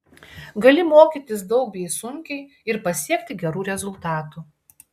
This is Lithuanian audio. gali mokytis daug bei sunkiai ir pasiekti gerų rezultatų